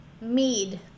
mead